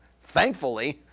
Thankfully